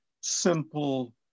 simple